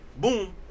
boom